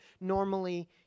normally